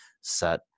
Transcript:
set